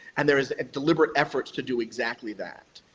and there is deliberate efforts to do exactly that.